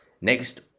Next